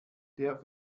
der